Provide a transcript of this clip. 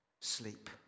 sleep